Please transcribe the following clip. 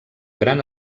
gran